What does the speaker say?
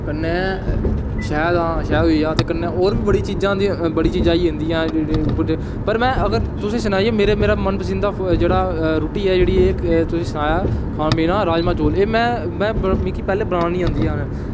ते कन्नै होर बी बड़ियां चीज़ां होंदियां ओह्दे च पाई जंदियां जेह्दे ई पर मेरी मन पसंदीदा मन पसंद रुट्टी ऐ ओह् मेरा राजमांह् चौल ऐल्ले मिगी पैह्लें बनाना निं औंदियां हियां